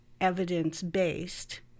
evidence-based